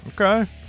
Okay